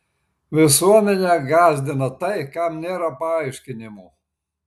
visuomenę gąsdina tai kam nėra paaiškinimo